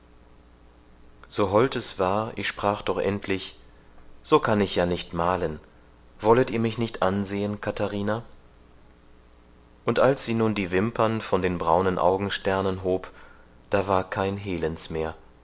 so hold es war ich sprach doch endlich so kann ich ja nicht malen wollet ihr mich nicht ansehen katharina und als sie nun die wimpern von den braunen augensternen hob da war kein hehlens mehr